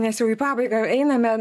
nes jau į pabaigą einame